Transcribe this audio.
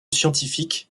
scientifique